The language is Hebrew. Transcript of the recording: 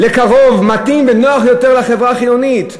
קרוב, מתאים ונוח יותר לחברה החילונית.